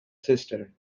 sister